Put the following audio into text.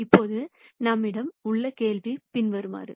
இப்போது நம்மிடம் உள்ள கேள்வி பின்வருமாறு